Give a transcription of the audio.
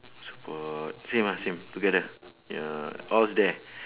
support same ah same together ya all's there